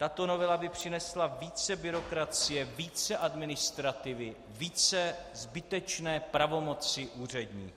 Tato novela by přinesla více byrokracie, více administrativy, více zbytečné pravomoci úředníků.